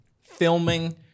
filming